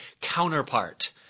counterpart